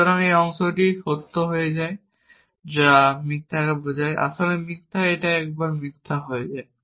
সুতরাং এই অংশটি সত্য হয়ে যায় যা মিথ্যাকে বোঝায় যা আসলে মিথ্যা একবার এটি মিথ্যা হয়ে যায়